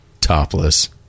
topless